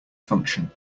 function